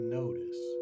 notice